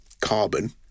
carbon